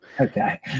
Okay